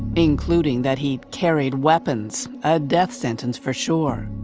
including that he'd carried weapons, a death sentence for sure.